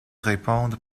répondent